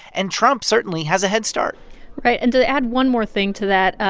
and trump certainly has a headstart right. and to add one more thing to that,